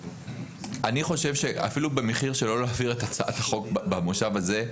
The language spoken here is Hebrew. אני חושב שאפילו במחיר של לא להעביר את הצעת החוק במושב הזה,